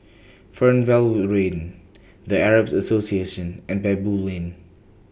Fernvale Lane The Arab Association and Baboo Lane